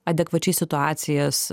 adekvačiai situacijas